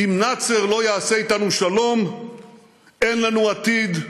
אם נאצר לא יעשה אתנו שלום אין לנו עתיד?